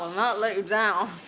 not let you down.